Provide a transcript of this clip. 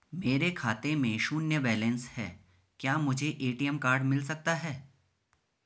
मेरे खाते में शून्य बैलेंस है क्या मुझे ए.टी.एम कार्ड मिल सकता है?